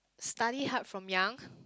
study hard from young